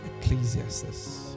Ecclesiastes